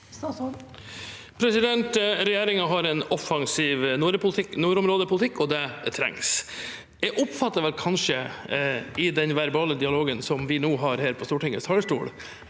Regjeringen har en offensiv nordområdepolitikk, og det trengs. Jeg oppfattet kanskje i den verbale dialogen som vi nå har her på Stortingets talerstol,